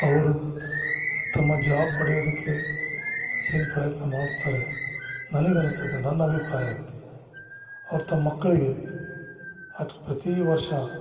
ಅವರು ತಮ್ಮ ಜಾಬ್ ಪಡೆಯೋದಕ್ಕೆ ಏನು ಪ್ರಯತ್ನ ಮಾಡ್ತಾರೆ ನನಗೆ ಅನಸ್ತದೆ ನನ್ನ ಅಭಿಪ್ರಾಯ ಇದು ಅವ್ರು ತಮ್ಮ ಮಕ್ಕಳಿಗೆ ಹಟ್ ಪ್ರತೀ ವರ್ಷ